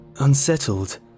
Unsettled